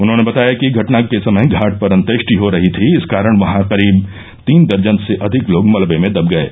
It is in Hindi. उन्होंने बताया कि घटना के समय घाट पर अन्त्येष्टि हो रही थी इस कारण वहां करीब तीन दर्जन से अधिक लोग मलबे में दब गये